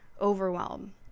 overwhelm